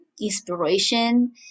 inspiration